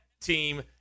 team